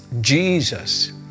Jesus